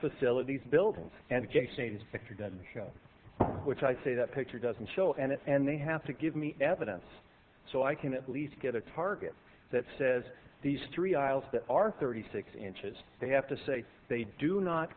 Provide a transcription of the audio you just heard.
facilities buildings and jaycee's if you didn't show which i say that picture doesn't show and it's and they have to give me evidence so i can at least get a target that says these three aisles that are thirty six inches they have to say they do not